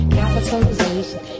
capitalization